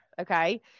Okay